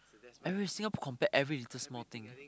every Singapore compare every little small thing eh